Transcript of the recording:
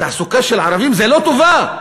תעסוקה של ערבים זה לא טובה,